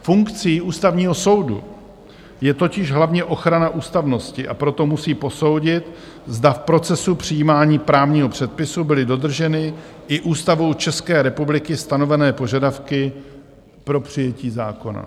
Funkcí Ústavního soudu je totiž hlavně ochrana ústavnosti, a proto musí posoudit, zda v procesu přijímání právního předpisu byly dodrženy i Ústavou České republiky stanovené požadavky pro přijetí zákona.